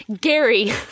Gary